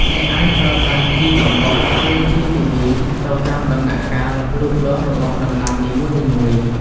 អ្នកអាចប្រើប្រាស់ជីកំប៉ុស្ត ឬជីគីមី ទៅតាមដំណាក់កាលលូតលាស់របស់ដំណាំនីមួយៗ។